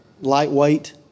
lightweight